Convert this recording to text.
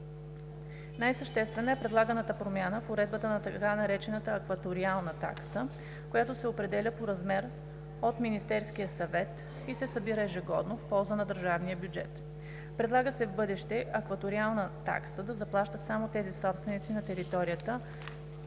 Най-съществена е предлаганата промяна в уредбата на така наречената акваториална такса, която се определя по размер от Министерския съвет и се събира ежегодно в полза на държавния бюджет. Предлага се в бъдеще акваториална такса да заплащат само тези собственици на територията